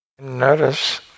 Notice